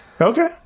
okay